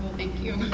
thank you,